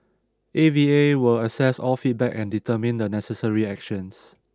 A V A will assess all feedback and determine the necessary actions